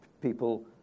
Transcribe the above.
people